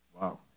wow